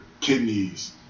kidneys